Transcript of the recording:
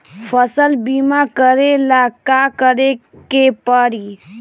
फसल बिमा करेला का करेके पारी?